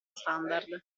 standard